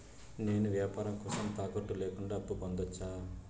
నేను వ్యాపారం కోసం తాకట్టు లేకుండా అప్పు పొందొచ్చా?